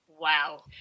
Wow